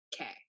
Okay